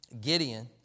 Gideon